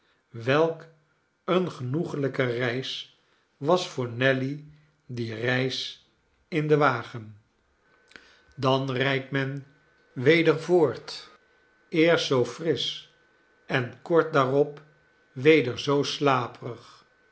welk eene genoeglijke reis was voor nelly die reis in den wagen dan rijdt men weder voort eerst zoo frisch en kort daarop weder zoo slaperig